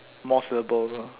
more syllables lor